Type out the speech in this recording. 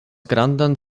grandan